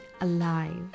alive